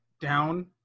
down